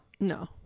no